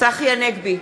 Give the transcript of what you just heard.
צחי הנגבי,